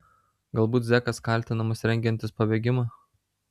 galbūt zekas kaltinamas rengiantis pabėgimą